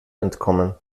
entkommen